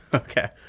ok.